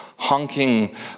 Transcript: Honking